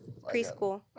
preschool